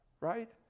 Right